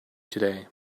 today